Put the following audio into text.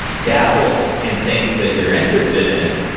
dabble in things that you're interested in,